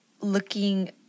looking